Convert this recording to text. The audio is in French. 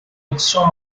option